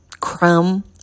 crumb